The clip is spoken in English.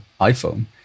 iPhone